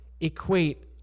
equate